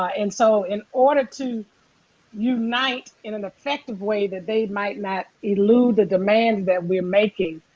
ah and so, in order to unite in an effective way that they might not elude the demand that we're making,